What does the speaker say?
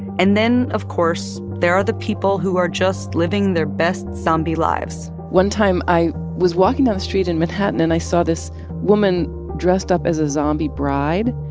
and then, of course, there are the people who are just living their best zombie lives one time, i was walking down the street in manhattan, and i saw this woman dressed up as a zombie bride,